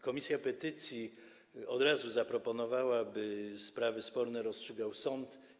Komisja do Spraw Petycji od razu zaproponowała, by sprawy sporne rozstrzygał sąd.